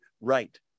Right